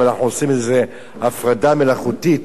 ואנחנו עושים איזו הפרדה מלאכותית